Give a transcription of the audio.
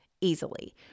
easily